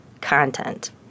content